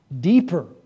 deeper